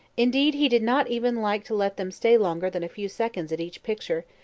indeed, he did not even like to let them stay longer than a few seconds at each picture,